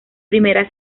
primera